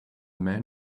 man